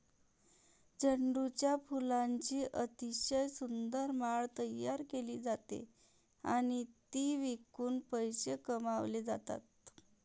झेंडूच्या फुलांची अतिशय सुंदर माळ तयार केली जाते आणि ती विकून पैसे कमावले जातात